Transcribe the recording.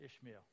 Ishmael